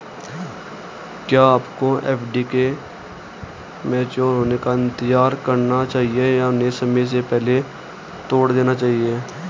क्या आपको एफ.डी के मैच्योर होने का इंतज़ार करना चाहिए या उन्हें समय से पहले तोड़ देना चाहिए?